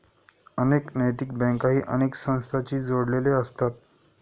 अनेक नैतिक बँकाही अनेक संस्थांशी जोडलेले असतात